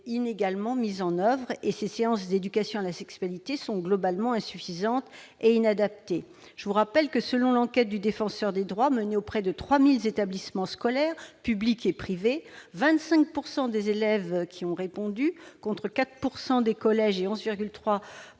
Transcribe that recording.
inégalement mise en oeuvre. Ces séances d'éducation à la sexualité sont globalement insuffisantes et inadaptées. Selon l'enquête du Défenseur des droits menée auprès de 3 000 établissements scolaires, publics et privés, quelque 25 % des écoles répondantes, contre 4 % des collèges et 11,3